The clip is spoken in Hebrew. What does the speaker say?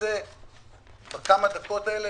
וננסה בכמה דקות האלה